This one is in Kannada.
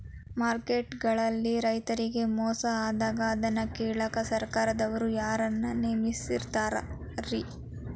ಮಾರ್ಕೆಟ್ ಗಳಲ್ಲಿ ರೈತರಿಗೆ ಮೋಸ ಆದಾಗ ಅದನ್ನ ಕೇಳಾಕ್ ಸರಕಾರದವರು ಯಾರನ್ನಾ ನೇಮಿಸಿರ್ತಾರಿ?